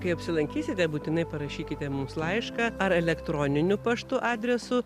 kai apsilankysite būtinai parašykite mums laišką ar elektroniniu paštu adresu